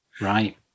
Right